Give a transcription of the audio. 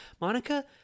Monica